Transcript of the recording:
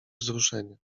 wzruszenie